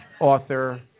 author